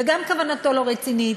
וגם כוונתו לא רצינית.